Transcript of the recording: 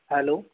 hello